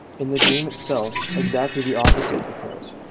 in the dream itself exactly the opposite occurs,